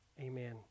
Amen